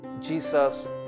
jesus